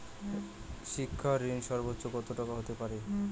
শিক্ষা ঋণ সর্বোচ্চ কত টাকার হতে পারে?